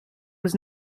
was